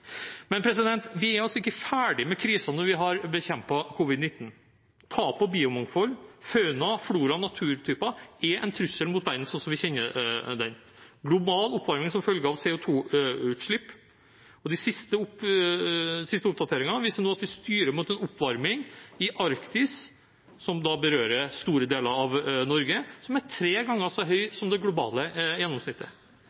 Vi er altså ikke ferdig med krisen når vi har bekjempet covid-19. Tap av biomangfold, fauna, flora og naturtyper er en trussel mot verden sånn som vi kjenner den. Når det gjelder global oppvarming som følge av CO 2 -utslipp, viser de siste oppdateringene at vi nå styrer mot en oppvarming i Arktis – som berører store deler av Norge – som er tre ganger så